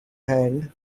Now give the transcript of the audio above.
hand